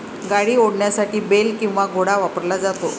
गाडी ओढण्यासाठी बेल किंवा घोडा वापरला जातो